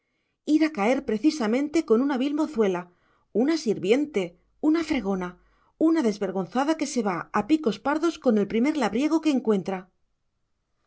ir a caer precisamente con una vil mozuela una sirviente una fregona una desvergonzada que se va a picos pardos con el primer labriego que encuentra